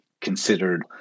considered